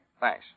Thanks